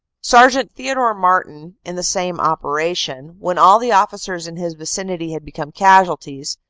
sergt. theodore martin, in the same operation, when all the officers in his vicinity had become casualties,